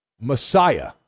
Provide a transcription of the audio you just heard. messiah